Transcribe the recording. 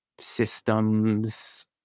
systems